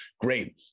great